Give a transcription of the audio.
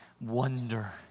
wonder